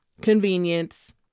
convenience